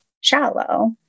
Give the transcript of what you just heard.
shallow